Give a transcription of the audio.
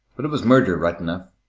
but it was murder, right enough.